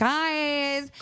Guys